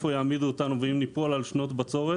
יעמידו אותנו ואם ניפול על שנות בצורות